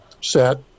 set